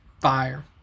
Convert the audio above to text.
fire